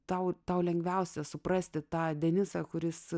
tau tau lengviausia suprasti tą denisą kuris